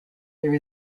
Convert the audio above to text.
there